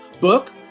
book